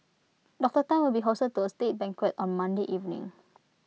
Doctor Tan will be hosted to A state banquet on Monday evening